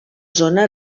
zona